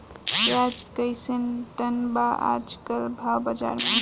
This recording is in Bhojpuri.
प्याज कइसे टन बा आज कल भाव बाज़ार मे?